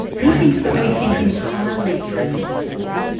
he thinks that we think entirely through metaphor.